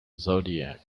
zodiac